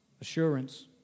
assurance